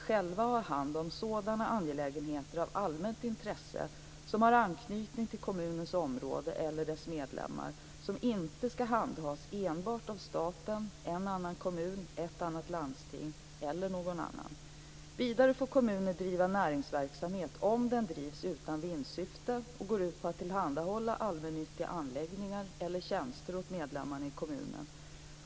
själva ha hand om sådana angelägenheter av allmänt intresse som har anknytning till kommunens område eller dess medlemmar som inte skall handhas enbart av staten, en annan kommun, ett annat landsting eller någon annan. Vidare får kommuner driva näringsverksamhet, om den drivs utan vinstsyfte och går ut på att tillhandahålla allmännyttiga anläggningar eller tjänster åt medlemmarna i kommunen.